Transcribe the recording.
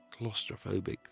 claustrophobic